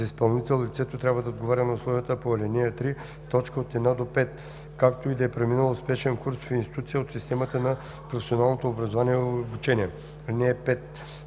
За изпълнител лицето трябва да отговаря на условията по ал. 3, т. 1 – 5, както и да е преминало успешно курс в институция от системата на професионалното образование и обучение. (5)